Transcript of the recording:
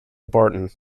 barton